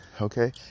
okay